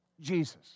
Jesus